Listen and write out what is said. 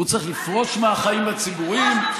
הוא צריך לפרוש מהחיים הציבוריים?